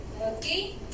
Okay